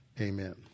amen